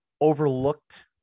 overlooked